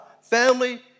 Family